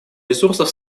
ресурсов